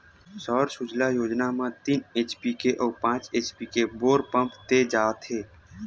सौर सूजला योजना म तीन एच.पी अउ पाँच एच.पी के बोर पंप दे जाथेय